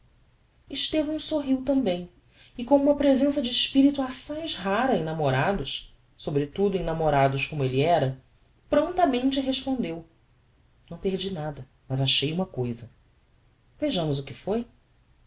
estevão sorriu tambem e com uma presença de espirito assaz rara em namorados sobretudo em namorados como elle era promptamente respondeu não perdi nada mas achei uma cousa vejamos o que foi